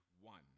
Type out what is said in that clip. one